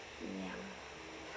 mm yeah